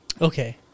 Okay